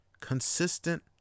Consistent